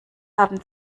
haben